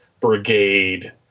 brigade